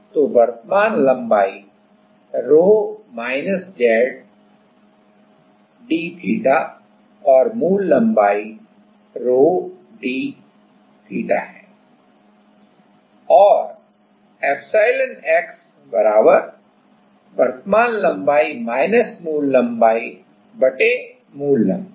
तो वर्तमान लंबाई ρ - Z d थीटा और मूल लंबाई ρ d थीटा हैऔर ε x वर्तमान लंबाई मूल लंबाई मूल लंबाई